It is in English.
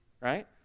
Right